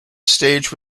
stage